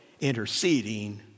interceding